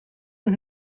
und